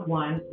one